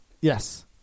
yes